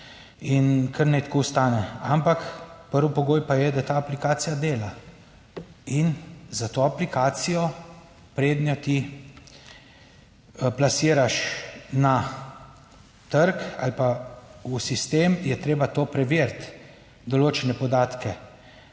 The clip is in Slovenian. in kar naj tako ostane, ampak, prvi pogoj pa je, da ta aplikacija dela. In za to aplikacijo prednjo ti plasiraš na trg ali pa v sistem, je treba to preveriti, določene podatke,